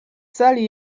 sali